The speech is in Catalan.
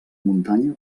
muntanya